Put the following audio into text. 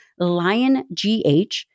LionGH